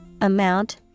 amount